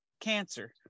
cancer